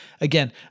Again